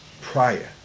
prior